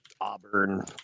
Auburn